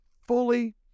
fully